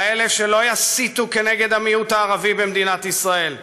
כאלה שלא יסיתו כנגד המיעוט הערבי במדינת ישראל,